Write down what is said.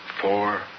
four